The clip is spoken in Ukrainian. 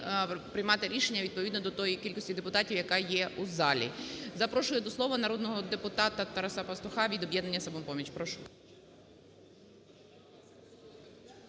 приймати рішення відповідно до тої кількості депутатів, яка є у залі. Запрошую до слова народного депутата Тараса Пастуха від "Об'єднання "Самопоміч". Прошу.